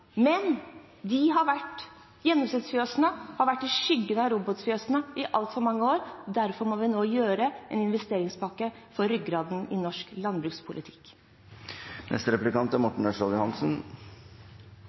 men gjennomsnittsfjøsene har vært i skyggen av robotfjøsene i altfor mange år. Derfor må vi nå ha en investeringspakke for ryggraden i norsk landbrukspolitikk.